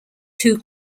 two